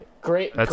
Great